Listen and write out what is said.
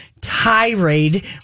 tirade